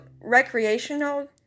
recreational